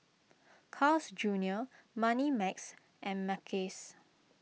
Carl's Junior Moneymax and Mackays